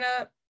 up